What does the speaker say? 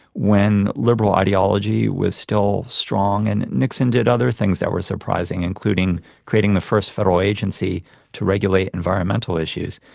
when liberal ideology was still strong, and nixon did other things that were surprising, including creating the first federal agency to regulate environmental issues.